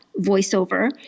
voiceover